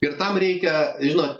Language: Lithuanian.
ir tam reikia žinot